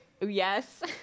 Yes